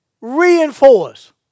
Reinforce